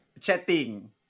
Chatting